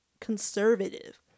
conservative